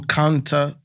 counter